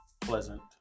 Pleasant